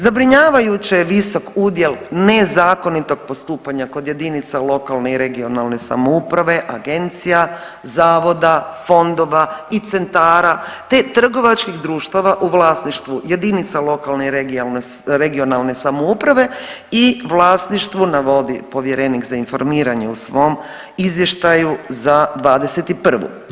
Zabrinjavajuće je visok udjel nezakonitog postupanja kod jedinica lokalne i regionalne samouprave, agencija, zavoda, fondova i centara te trgovačkih društava u vlasništvu jedinica lokalne i regionalne samouprave i vlasništvu navodi povjerenik za informiranje u svom izvještaju za '21.